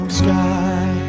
sky